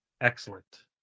Excellent